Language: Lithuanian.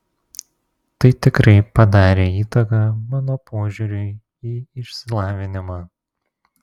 tai tikrai padarė įtaką mano požiūriui į išsilavinimą